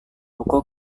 buku